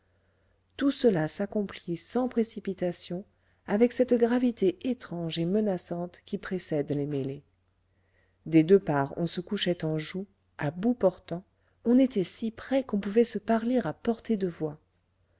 tout cela s'accomplit sans précipitation avec cette gravité étrange et menaçante qui précède les mêlées des deux parts on se couchait en joue à bout portant on était si près qu'on pouvait se parler à portée de voix